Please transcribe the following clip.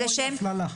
זה כמו אי הפללה.